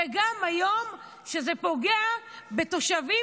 וגם היום כשזה פוגע בתושבים,